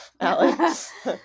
Alex